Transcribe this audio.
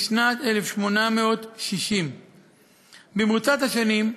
משנת 1860. במרוצת השנים,